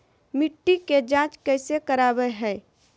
मिट्टी के जांच कैसे करावय है?